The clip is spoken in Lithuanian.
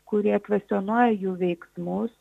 kurie kvestionuoja jų veiksmus